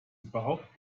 überhaupt